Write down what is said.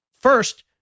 First